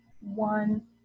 one